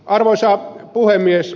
arvoisa puhemies